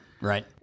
right